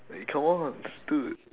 eh come on dude